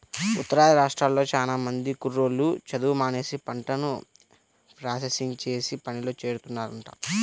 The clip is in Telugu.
ఉత్తరాది రాష్ట్రాల్లో చానా మంది కుర్రోళ్ళు చదువు మానేసి పంటను ప్రాసెసింగ్ చేసే పనిలో చేరుతున్నారంట